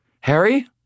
Harry